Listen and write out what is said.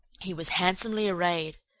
he was handsomely arrayed.